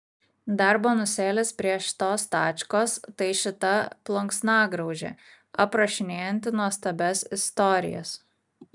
dar bonusėlis prie šitos tačkos tai šita plunksnagraužė aprašinėjanti nuostabias istorijas